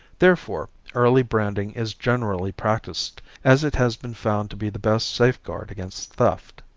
therefore early branding is generally practiced as it has been found to be the best safeguard against theft.